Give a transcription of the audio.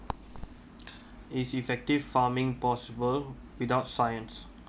is effective farming possible without science